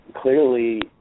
clearly